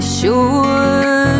sure